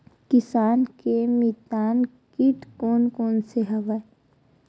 किसान के मितान कीट कोन कोन से हवय?